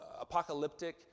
apocalyptic